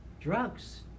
drugs